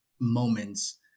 moments